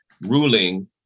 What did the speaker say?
ruling